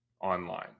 online